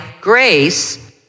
grace